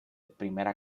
primera